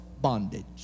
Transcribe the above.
bondage